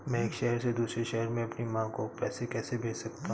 मैं एक शहर से दूसरे शहर में अपनी माँ को पैसे कैसे भेज सकता हूँ?